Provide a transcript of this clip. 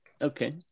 Okay